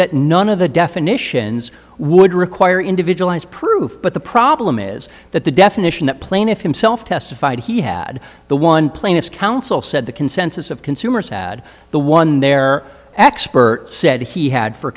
that none of the definitions would require individualized proof but the problem is that the definition that plaintiff himself testified he had the one plaintiff's counsel said the consensus of consumers had the one their expert said he had for